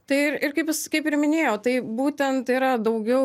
tai ir ir kaip jis kaip ir minėjau tai būtent yra daugiau